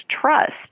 trust